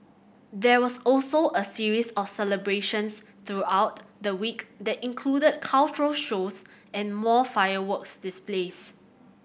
there was also a series of celebrations throughout the week that included cultural shows and more fireworks displays